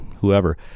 whoever